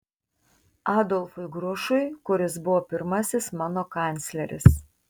adolfui grušui kuris buvo pirmasis mano kancleris